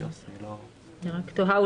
אני תוהה,